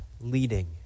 leading